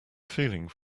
feeling